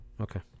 Okay